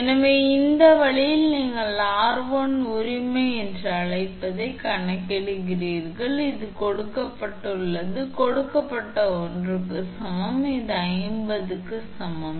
எனவே அந்த வழியில் நீங்கள் r1 உரிமை என்று அழைப்பதை நீங்கள் கணக்கிடுகிறீர்கள் அது கொடுக்கப்பட்டுள்ளது கொடுக்கப்பட்ட ஒன்றுக்கு சமம் இது 50 க்கு சமம்